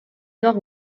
nord